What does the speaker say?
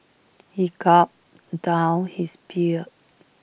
he gulped down his beer